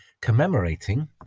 commemorating